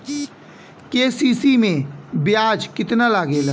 KCC में ब्याज कितना लागेला?